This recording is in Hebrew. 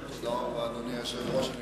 תודה רבה, אדוני היושב-ראש.